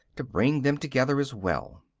to bring them together as well.